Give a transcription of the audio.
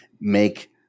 make